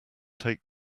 take